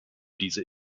diese